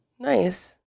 Nice